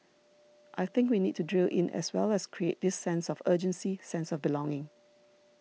I think we need to drill in as well as create this sense of urgency sense of belonging